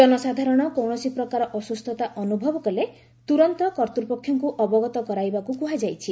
ଜନସାଧାରଣ କୌଣସି ପ୍ରକାର ଅସ୍କୁସ୍ଥତା ଅନୁଭବ କଲେ ତୁରନ୍ତ କର୍ତ୍ତୃପକ୍ଷଙ୍କୁ ଅବଗତ କରାଇବାକୁ କୁହାଯାଇଛି